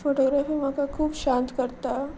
photography म्हाका खूब शांत करता